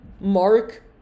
Mark